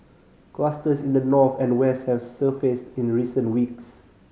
clusters in the north and west have surfaced in recent weeks